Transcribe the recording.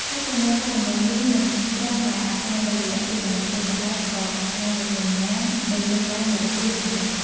ការប្រមូលផលដំឡូងមីមិនត្រឹមតែអាស្រ័យលើរយៈពេលប៉ុណ្ណោះទេ ប៉ុន្តែក៏អាស្រ័យលើសញ្ញាណនៅលើដើមរបស់វាផងដែរ។